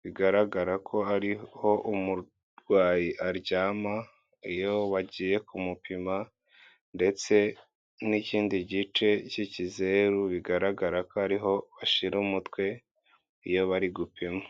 bigaragara ko ari aho umurwayi aryama iyo bagiye kumupima, ndetse n'ikindi gice k'ikizeru bigaragara ko ari ho bashyira umutwe iyo bari gupima.